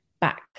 back